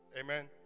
amen